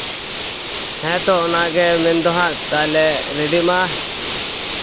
ᱦᱮᱸᱛᱚ ᱚᱱᱟᱜᱮ ᱢᱮᱱᱫᱚ ᱦᱟᱸᱜ ᱛᱟᱦᱚᱞᱮ ᱨᱮᱰᱤᱜ ᱢᱟ